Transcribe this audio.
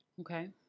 Okay